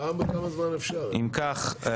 הצבעה בעד הרכב הוועדה 8 נגד, 4 נמנעים,